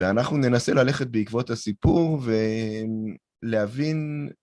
ואנחנו ננסה ללכת בעקבות הסיפור ולהבין...